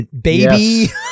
baby